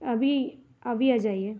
अभी अभी आ जाइए